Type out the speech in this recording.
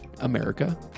America